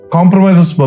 Compromises